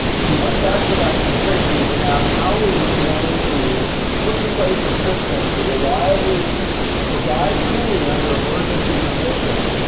if you went back to nineteen sixty s and asked how are you going to put in place a system to reliably provide cooling under emergency conditions.